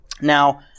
Now